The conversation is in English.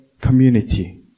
community